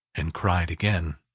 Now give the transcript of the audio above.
and cried again.